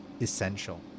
essential